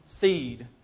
seed